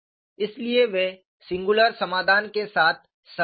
इसलिए वे सिंगुलर समाधान के साथ सहज थे